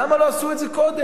למה לא עשו את זה קודם?